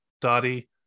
dotty